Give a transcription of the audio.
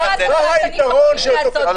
מה היתרון של אותו קצין?